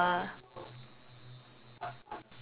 okay consumable weapon of choice ah